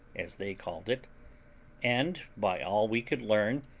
as they called it and, by all we could learn,